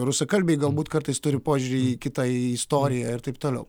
rusakalbiai galbūt kartais turi požiūrį į kitą į istoriją ir taip toliau